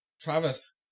Travis